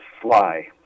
fly